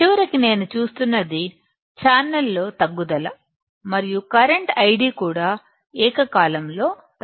చివరికి నేను చూస్తున్నది ఛానెల్లో తగ్గుదల మరియు కరెంటు ID కూడా ఏక కాలంలో తగ్గుతుంది